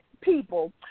people